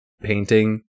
painting